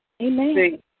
Amen